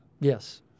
Yes